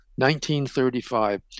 1935